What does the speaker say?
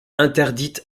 interdites